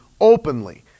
openly